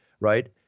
right